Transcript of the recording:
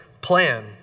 plan